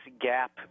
gap